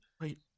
wait